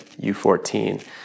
U14